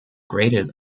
graded